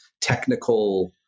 technical